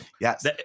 yes